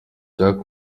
jack